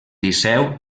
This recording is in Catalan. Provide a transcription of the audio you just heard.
liceu